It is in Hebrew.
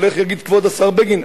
אבל איך יגיד כבוד השר בגין?